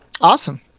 Awesome